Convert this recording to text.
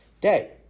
day